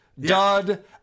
dud